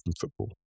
football